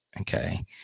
okay